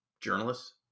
journalists